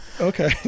Okay